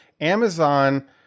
Amazon